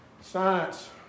science